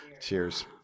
Cheers